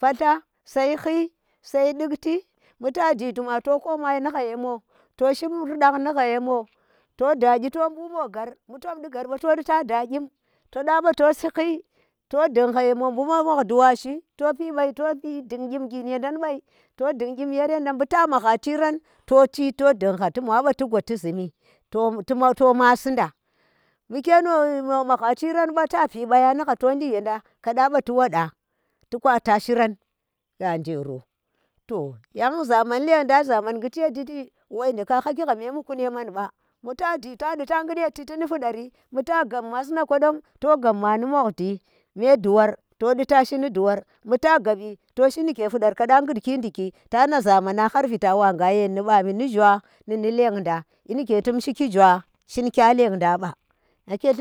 Patla sai hyi sai dukti bu taji duma to koma ni hha yemo, to shib rudahg nihga yemo, to da kyi to bu mo ghar, mu tum di ghar ba, toɗi dyi tada ba toshi, hyi to din hga yemo, mu mukdi washi, to pi bai to dung kyim gin yendan bai to dung kyim yar yendan bu to mhana jiram to chito dung ha mo aba tu gwa tu zumi to ma to masinda, bu ke no mahga chiran ba ta pi bayani hha to jink yenda kada ba tu wo da tu kwata shiran ghanjero to yan zama lendang zaman ghuti ye shiti woi jeka hhaki hha me mukun ye man ba, bu taji tadi ta ghud ye chiti ni pudari, bu ta gab masna kodon to di tashi me duwar bu ta gabi to shi ndike fudar kada ghudki ndigi, tana zamana har vitam wa nga yen ni bami ni zhua. ni ni lendagang kyi nike tum shiki ni zhua, chin kya lengdang ba, nake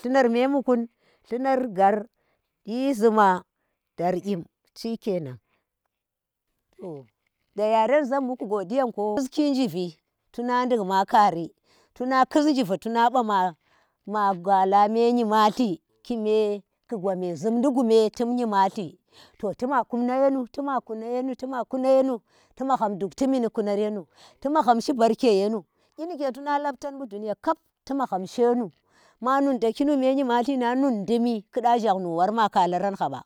thlunar mye mukun, thlunar ghar yi zhima dar gyi chike nan to da yaren nji vi tuna ndun ma kari, tuna kus njiva tuna ba ma ma gwala me nyimalli, kime gwami zhumdi gune tum nyi malti to tuma kuna yenu tima kuna yenu tima kina yenu ti magham duk timi nu kunari yenu. Ti magham shi barke yeu kyi igye duiya kap ki magham shi you maau daki u me yimalti a u dum kida zhau war a khalaram hha wa.